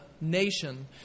nation